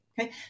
okay